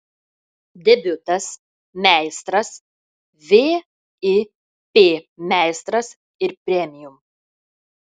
debiutas meistras vip meistras ir premium